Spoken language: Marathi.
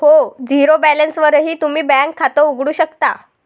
हो, झिरो बॅलन्सवरही तुम्ही बँकेत खातं उघडू शकता